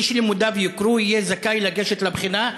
מי שלימודיו יוכרו יהיה זכאי לגשת לבחינה,